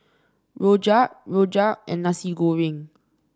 rojak rojak and Nasi Goreng